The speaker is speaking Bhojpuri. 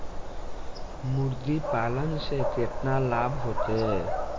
मुर्गीपालन से केतना लाभ होखे?